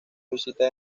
visita